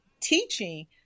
teaching